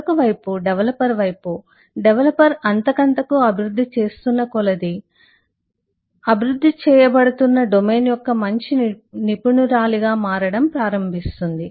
మరొక వైపు డెవలపర్ వైపు డెవలపర్ అంతకంతకూ అభివృద్ధి చేస్తున్న కొలది చెందుతుంది ఆమె సాఫ్ట్వేర్ అభివృద్ధి చేయబడుతున్న డొమైన్ యొక్క మంచి నిపుణురాలిగా మారడం ప్రారంభిస్తుంది